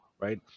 right